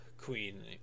Queen